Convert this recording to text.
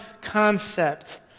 concept